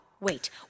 wait